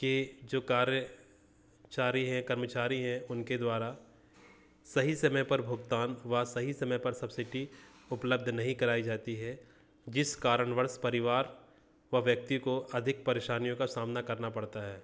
के जो कार्य चारी कर्मचारी है उनके द्वारा सही समय पर भुगतान व सही समय पर सब्सिडी उपलब्ध नहीं कराई जाती है जिस कारणवश परिवार व व्यक्ति को अधिक परेशानियों का सामना करना पड़ता है